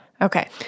Okay